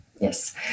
Yes